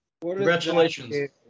Congratulations